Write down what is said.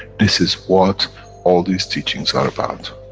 this is what all these teachings are about.